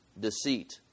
deceit